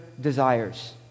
desires